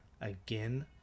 Again